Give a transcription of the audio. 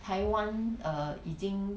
台湾 err 已经